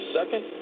second